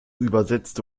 übersetzte